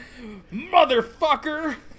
Motherfucker